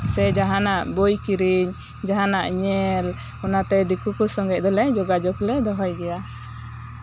ᱥᱮ ᱡᱟᱦᱟᱱᱟᱜ ᱵᱳᱭ ᱠᱤᱨᱤᱧ ᱡᱟᱦᱟᱱᱟᱜ ᱧᱮᱞ ᱚᱱᱟᱛᱮ ᱫᱤᱠᱩ ᱠᱚ ᱥᱚᱝᱜᱮᱡ ᱫᱚᱞᱮ ᱡᱳᱜᱟᱡᱳᱜ ᱞᱮ ᱫᱚᱦᱚᱭᱟ